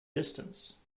distance